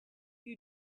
you